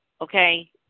okay